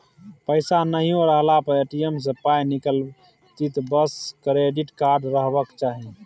पैसा नहियो रहला पर ए.टी.एम सँ पाय निकलतौ बस क्रेडिट कार्ड रहबाक चाही